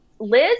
Liz